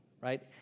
right